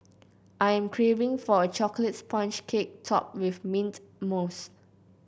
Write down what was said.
I am craving for a chocolate sponge cake topped with mint mousse